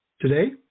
Today